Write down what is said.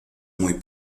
muy